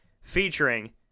featuring